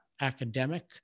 academic